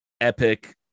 epic